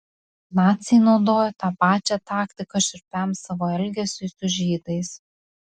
naciai naudojo tą pačią taktiką šiurpiam savo elgesiui su žydais